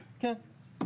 כן.